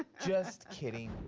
just kidding.